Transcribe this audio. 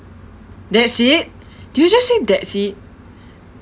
that's it did you just say that's it